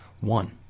one